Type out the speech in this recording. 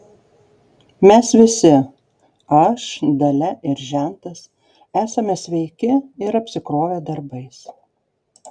mes visi aš dalia ir žentas esame sveiki ir apsikrovę darbais